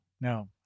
no